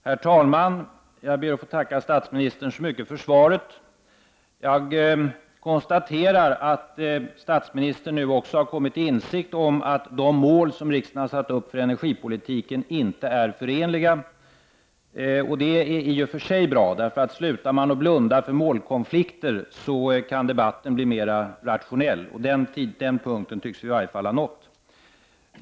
Herr talman! Jag ber att få tacka statsministern så mycket för svaret. Jag konstaterar att också statsministern nu kommit till insikt om att de mål som riksdagen har satt upp för energipolitiken inte är förenliga. Det är i och för sig bra, för om man slutar att blunda för målkonflikter så kan debatten bli mer rationell. Den tidpunkten tycks vi nu ha nått.